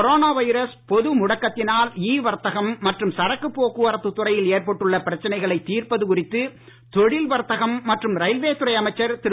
corona virus பொது முடக்கத்தினால் e வர்த்தகம் மற்றும் சரக்குப் போக்குவரத்துத் துறையில் ஏற்பட்டுள்ள பிரச்சனைகளைத் தீர்ப்பது குறித்து தொழில் வர்த்தகம் மற்றும் ரயில்வே துறை அமைச்சர் திரு